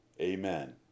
Amen